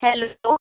hello